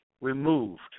removed